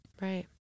Right